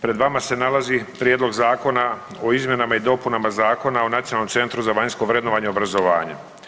Pred vama se nalazi Prijedlog zakona o izmjenama i dopunama Zakona o Nacionalnom centru za vanjsko vrednovanje obrazovanja.